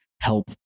help